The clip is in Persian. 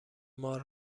مار